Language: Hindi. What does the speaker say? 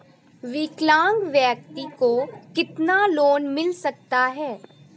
विकलांग व्यक्ति को कितना लोंन मिल सकता है?